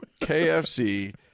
KFC